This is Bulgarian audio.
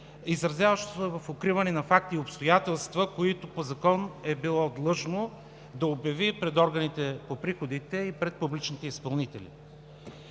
изразяващо се в укриване на факти и обстоятелства, които по закон е било длъжно да обяви пред органите по приходите и пред публичните изпълнители.